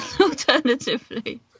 Alternatively